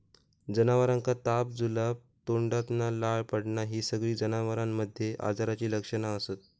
जनावरांका ताप, जुलाब, तोंडातना लाळ पडना हि सगळी जनावरांमध्ये आजाराची लक्षणा असत